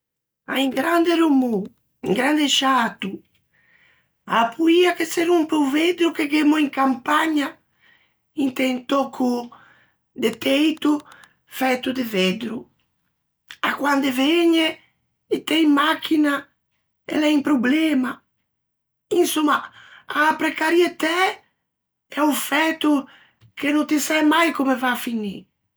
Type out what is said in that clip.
À un grande rumô, un grande sciato, a-a poia che se rompe o veddro che gh'emmo in campagna, inte un tòcco de teito fæto de veddro, à quande vëgne e t'ê in machina e l'é un problema, insomma, a-a precarietæ e a-o fæto che no ti sæ mai comme a va à finî.